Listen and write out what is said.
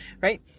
right